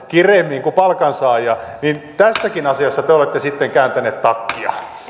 kireämmin kuin palkansaajia tässäkin asiassa te olette sitten kääntäneet takkia